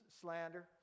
slander